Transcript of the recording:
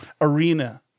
arena